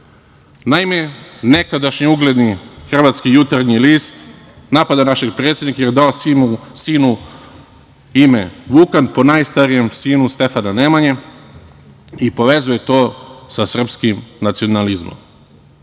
Naime, nekadašnji ugledni hrvatski "Jutarnji list" napada našeg predsednika jer je sinu dao ime Vukan, po najstarijem sinu Stefana Nemanje i povezuje to sa srpskim nacionalizmom.